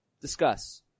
Discuss